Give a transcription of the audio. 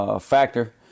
factor